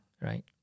right